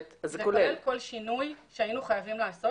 זה כולל כל שינוי שהיינו חייבים לעשות,